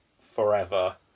forever